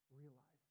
realized